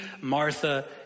Martha